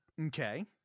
Okay